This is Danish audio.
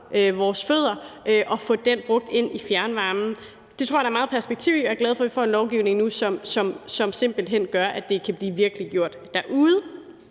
vores fødder, og få den brugt i fjernvarmen. Det tror jeg der er meget perspektiv i, og jeg er glad for, at vi får en lovgivning nu, som simpelt hen gør, at det kan blive virkeliggjort derude,